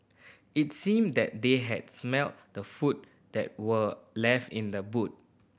it seemed that they had smelt the food that were left in the boot